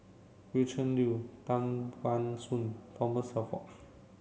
Gretchen Liu Tan Ban Soon Thomas Shelford